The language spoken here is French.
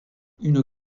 une